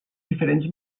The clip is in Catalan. diferents